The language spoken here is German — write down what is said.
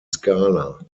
skala